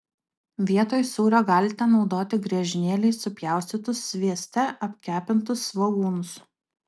vietoj sūrio galite naudoti griežinėliais supjaustytus svieste apkepintus svogūnus